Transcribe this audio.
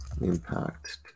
impact